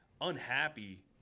Unhappy